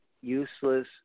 useless